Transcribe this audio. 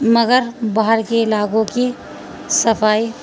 مگر باہر کے علاقوں کی صفائی